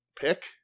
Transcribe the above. pick